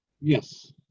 Yes